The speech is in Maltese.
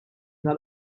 tal